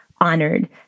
honored